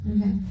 Okay